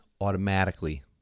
automatically